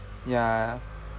ya